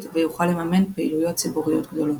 ויוכל לממן פעילויות ציבוריות גדולות.